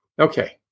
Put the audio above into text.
Okay